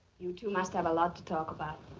you two must have a lot to talk about.